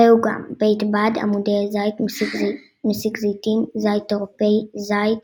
ראו גם בית בד עמודי הזית מסיק זיתים זית אירופי זית